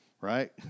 Right